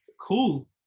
cool